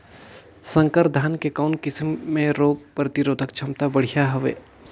संकर धान के कौन किसम मे रोग प्रतिरोधक क्षमता बढ़िया हवे?